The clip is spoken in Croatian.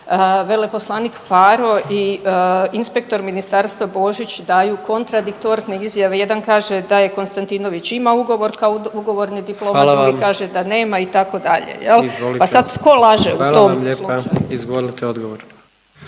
veleposlanik Faro i inspektor ministarstva Božić daju kontradiktorne izjave. Jedan kaže da je Konstatinović imao ugovor kao ugovorni diplomat …/Upadica: Hvala vam./… drugi kaže da nema itd. jel, pa sad tko laže …/Upadica: Hvala vam lijepa./… u tom slučaju.